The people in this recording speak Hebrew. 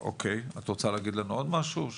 אוקיי, את רוצה להגיד לנו עוד משהו או